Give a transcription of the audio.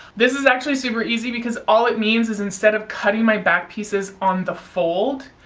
this is actually super easy because all it means is, instead of cutting my back pieces on the fold,